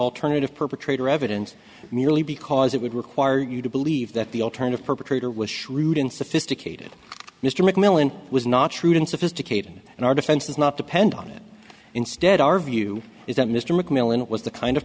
alternative perpetrator evidence merely because it would require you to believe that the alternative perpetrator was shrewd and sophisticated mr mcmillan was not true and sophisticated and our defense does not depend on it instead our view is that mr mcmillan was the kind of